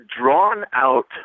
drawn-out